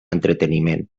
entreteniment